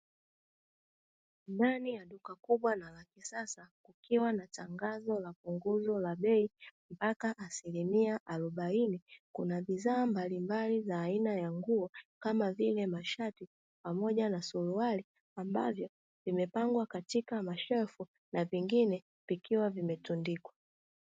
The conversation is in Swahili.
Ndani ya duka kubwa na la kisasa, kukiwa na tangazo la punguzo la bei mpaka asilimia arobaini, kuna bidhaa mbalimbali za aina ya nguo, kama vile mashati pamoja na suruali; ambavyo vimepangwa katika mashelfu na vingine vikiwa vimetundikwa.